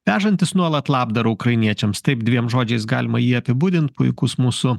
vežantis nuolat labdarą ukrainiečiams taip dviem žodžiais galima jį apibūdint puikus mūsų